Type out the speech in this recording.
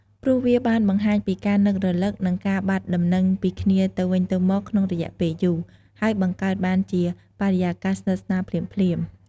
ព្រោះវាបានបង្ហាញពីការនឹករលឹក និងការបាត់ដំណឹងពីគ្នាទៅវិញទៅមកក្នុងរយៈពេលយូរ ហើយបង្កើតបានជាបរិយាកាសស្និទ្ធស្នាលភ្លាមៗ។